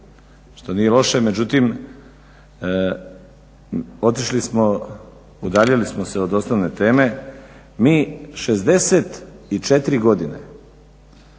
što nije loše. Međutim, otišli smo, udaljili smo se od osnovne teme. Mi 64 godine